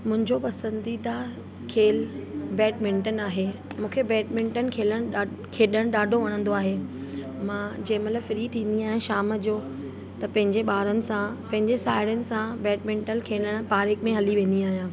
मुंहिंजो पसंदीदा खेलु बैडमिंटन आहे मूंखे बैडमिंटन खेलण ॾाढो खेॾण ॾाढो वणंदो आहे मां जंहिं महिल फ्री थींदी आहियां शाम जो त पंहिंजे ॿारनि सां पंहिंजे साहेड़ियुनि सां बैडमिंटन खेलण पारिक में हली वेंदी आहियां